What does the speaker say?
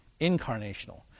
incarnational